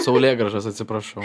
saulėgrąžas atsiprašau